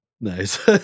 Nice